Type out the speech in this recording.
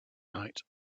night